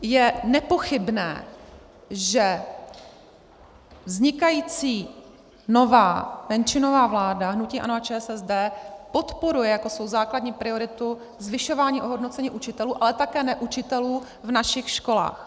Je nepochybné, že vznikající nová menšinová vláda hnutí ANO a ČSSD podporuje jako svou základní prioritu zvyšování ohodnocení učitelů, ale také neučitelů v našich školách.